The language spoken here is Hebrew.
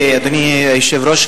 אדוני היושב-ראש,